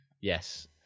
yes